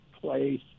place